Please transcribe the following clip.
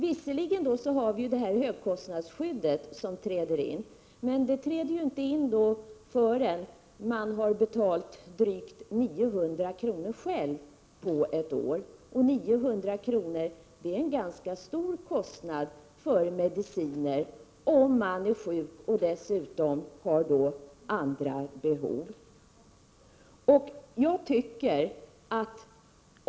Visserligen har vi detta högkostnadsskydd, men det träder ju inte in förrän man har betalat drygt 900 kr. själv på ett år, och 900 kr. är en stor kostnad för medicin ifall man är sjuk eoch dessutom har andra behov.